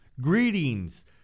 greetings